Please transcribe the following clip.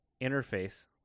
interface